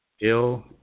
ill